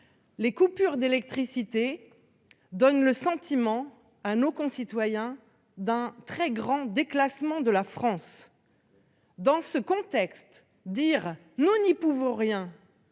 Les coupures d'électricité. Donne le sentiment à nos concitoyens d'un très grand déclassement de la France. Dans ce contexte dire nous n'y pouvons rien.